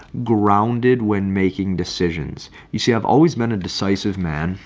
grounded when making decisions. you see, i've always been a decisive man,